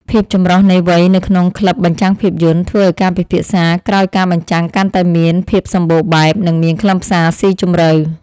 ភាពចម្រុះនៃវ័យនៅក្នុងក្លឹបបញ្ចាំងភាពយន្ត ធ្វើឱ្យការពិភាក្សាក្រោយការបញ្ចាំងកាន់តែមាន ភាពសម្បូរបែប និងមានខ្លឹមសារស៊ីជម្រៅ។